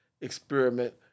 experiment